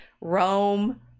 Rome